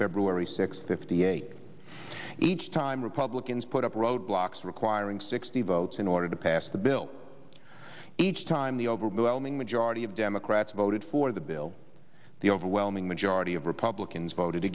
february sixth fifty eight each time republicans put up roadblocks requiring sixty votes in order to pass the bill each time the overwhelming majority of democrats voted for the bill the overwhelming majority of republicans voted